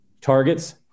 targets